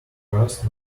rust